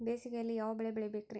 ಬೇಸಿಗೆಯಲ್ಲಿ ಯಾವ ಬೆಳೆ ಬೆಳಿಬೇಕ್ರಿ?